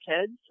kids